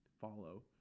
follow